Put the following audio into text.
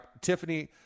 Tiffany